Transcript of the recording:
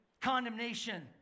condemnation